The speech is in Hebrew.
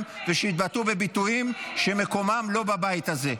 ושהתבטאו בביטויים שמקומם לא בבית הזה.